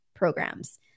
programs